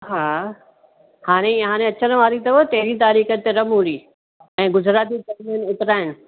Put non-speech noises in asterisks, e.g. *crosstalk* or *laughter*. हा हाणे हाणे अचण वारी अथव तेरी तारीख़ तिर मूरी ऐं गुजराती *unintelligible* उतरायण